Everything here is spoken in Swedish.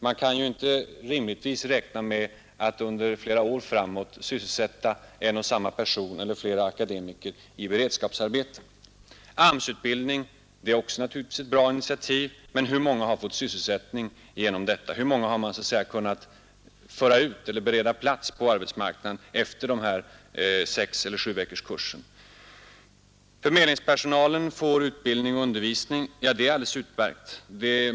Man kan inte rimligtvis räkna med att flera år framåt sysselsätta akademiker i beredskapsarbeten. AMS-utbildning är naturligtvis också ett bra initiativ, men hur många har fått sysselsättning därigenom? Hur många har man kunnat bereda plats på arbetsmarknaden efter sexeller sjuveckorskursen? Det är alldeles utmärkt att förmedlingspersonalen får undervisning och utbildning.